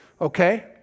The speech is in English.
Okay